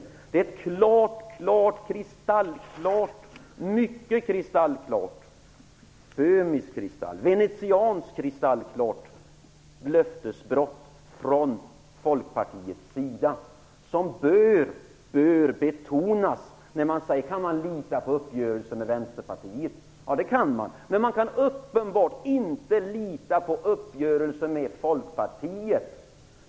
Detta är ett löftesbrott från Folkpartiets sida som är klart, klart, kristallklart, mycket kristallklart, klart som böhmisk kristall eller venetiansk kristall, och det är något som bör betonas i samband med att Isa Halvarsson frågar om man kan lita på uppgörelser med Vänsterpartiet. Jo, man kan lita på uppgörelser med Vänsterpartiet, men man kan uppenbarligen inte lita på uppgörelser med Folkpartiet.